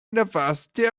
university